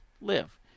live